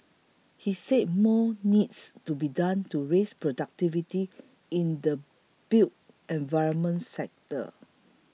he said more needs to be done to raise productivity in the built environment sector